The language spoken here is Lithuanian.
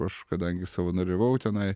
aš kadangi savanoriavau tenai